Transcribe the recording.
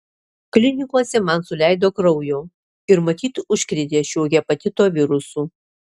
klinikose man suleido kraujo ir matyt užkrėtė šiuo hepatito virusu